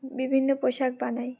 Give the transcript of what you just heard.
বিভিন্ন পোশাক বানাই